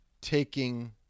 taking